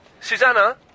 Susanna